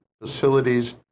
facilities